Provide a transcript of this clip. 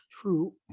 True